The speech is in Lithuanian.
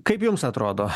kaip jums atrodo